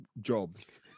jobs